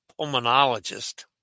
pulmonologist